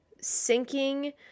sinking